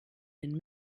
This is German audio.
den